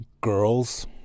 girls